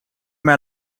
met